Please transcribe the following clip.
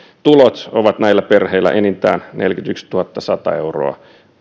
tulot ovat näillä perheillä enintään neljäkymmentätuhattasata euroa